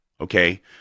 Okay